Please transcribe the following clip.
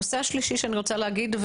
הנושא השלישי שאני רוצה להגיד,